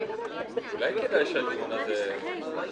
אני מחדש את הישיבה.